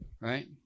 right